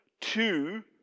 Two